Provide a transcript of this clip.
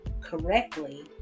correctly